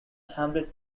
hamlet